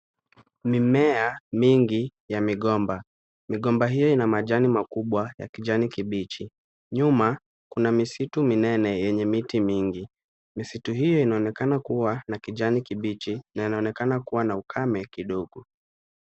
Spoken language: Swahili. Mimea mingi ya migomba, migomba hiyo ina majani makubwa ya kijani kibichi, nyuma kuna misitu minene yenye miti mingi, misitu hiyo inaonekana kuwa na kijani kibichi na inaonekana kuwa na ukame kidogo.